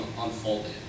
unfolded